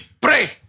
Pray